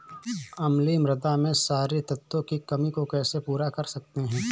अम्लीय मृदा में क्षारीए तत्वों की कमी को कैसे पूरा कर सकते हैं?